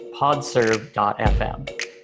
Podserve.fm